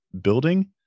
building